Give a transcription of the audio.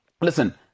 listen